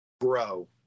grow